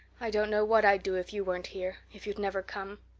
i don't know what i'd do if you weren't here if you'd never come.